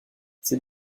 ces